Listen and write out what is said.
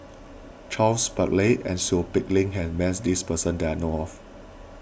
Charles Paglar and Seow Peck Leng has met this person that I know of